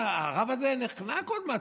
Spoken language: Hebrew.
הרב הזה נחנק עוד מעט,